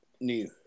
new